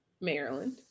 Maryland